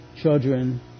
children